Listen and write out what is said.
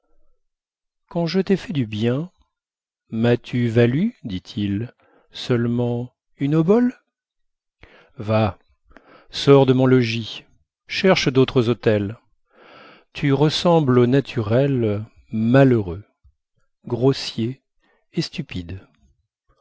quand je t'ai fait du bien m'as-tu valu dit-il seulement une obole va sors de mon logis cherche d'autres autels tu ressembles aux naturels malheureux grossiers et stupides